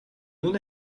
non